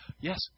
yes